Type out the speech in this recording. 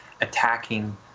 attacking